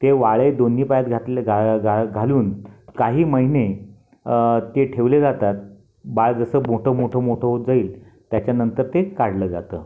ते वाळे दोन्ही पायात घातले घा घा घालून काही महीने ते ठेवले जातात बाळ जसं मोठं मोठं मोठं होत जाईल त्याच्यानंतर ते काढलं जातं